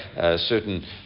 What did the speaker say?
certain